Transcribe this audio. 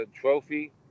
trophy